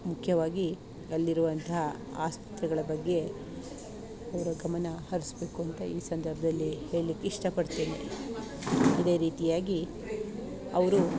ಮುಖ್ಯವಾಗಿ ಅಲ್ಲಿರುವಂತಹ ಆಸ್ತಿಗಳ ಬಗ್ಗೆ ಅವರು ಗಮನ ಹರಿಸ್ಬೇಕು ಅಂತ ಈ ಸಂದರ್ಭದಲ್ಲಿ ಹೇಳ್ಳಿಕ್ಕೆ ಇಷ್ಟ ಪಡ್ತೇನೆ ಇದೇ ರೀತಿಯಾಗಿ ಅವರು